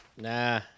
Nah